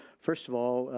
first of all,